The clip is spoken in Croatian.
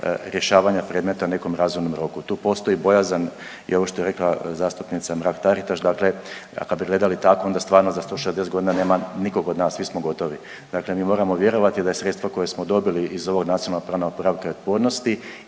rješavanja predmeta u nekom razumnom roku. Tu postoji bojazan i ovo što je rekla zastupnica Mrak Taritaš dakle kada bi gledali tako onda stvarno za 160 godina nema nikog od nas, svi smo gotovi. Dakle, mi moramo vjerovati da sredstva koja smo dobili iz ovog NPOO-a i broj službenika i